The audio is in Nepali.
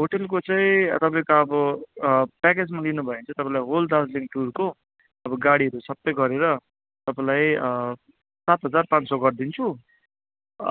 होटेलको चाहिँ तपाईँको अब प्याकेजमा लिनु भयो भने चाहिँ तपाईँलाई होल दार्जिलिङ टुरको अब गाडीहरू सबै गरेर तपाईँलाई सात हजार पान सय गरिदिन्छु